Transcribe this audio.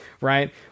right